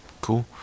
Cool